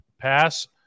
pass